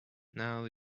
now